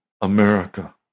America